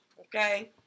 Okay